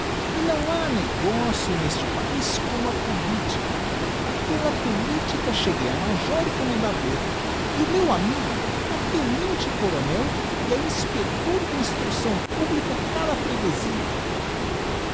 e não ha negocio neste paiz como a politica pela politica cheguei a major e commendador e o meu amigo a tenente-coronel e a inspector da instrucção publica cá da freguezia